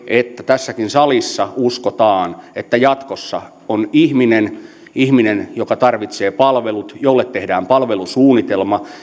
että tässäkin salissa uskotaan että jatkossa on ihminen ihminen joka tarvitsee palvelut ja jolle tehdään palvelusuunnitelma